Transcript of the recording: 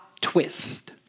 Twist